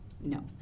No